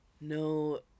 no